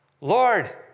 Lord